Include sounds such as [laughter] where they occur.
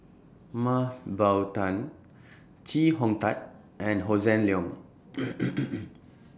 Mah Bow Tan Chee Hong Tat and Hossan Leong [noise]